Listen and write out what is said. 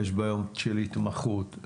יש בעיות של התמחות.